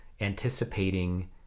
anticipating